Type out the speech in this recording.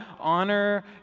Honor